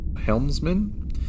helmsman